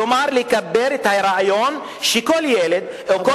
כלומר לקבל את הרעיון שכל ילד או כל